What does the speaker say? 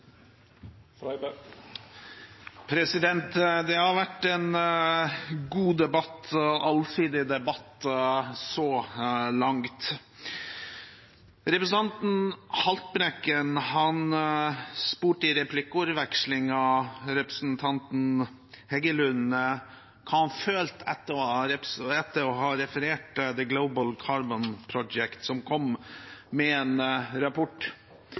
Det har vært en god debatt og en allsidig debatt så langt. Representanten Haltbrekken spurte i replikkordvekslingen representanten Heggelund hva han følte etter å ha referert til The Global Carbon Project, som kom med en rapport.